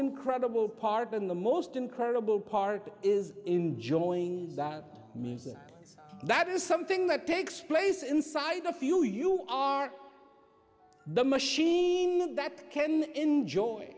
incredible part in the most incredible part is enjoying that that is something that takes place inside of you you are the machine that can enjoy